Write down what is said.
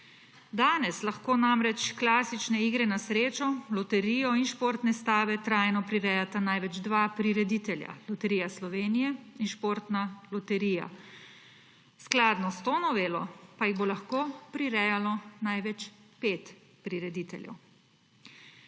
Danes lahko namreč klasične igre na srečo, loterijo in športne stave, trajno prirejata največ dva prireditelja – Loterija Slovenije in Športna loterija, skladno s to novelo pa jih bo lahko prirejalo največ pet prirediteljev.